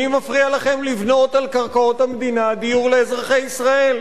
מי מפריע לכם לבנות על קרקעות המדינה דיור לאזרחי ישראל?